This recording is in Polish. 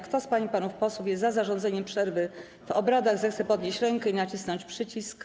Kto z pań i panów posłów jest za zarządzeniem przerwy w obradach, zechce podnieść rękę i nacisnąć przycisk.